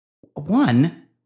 one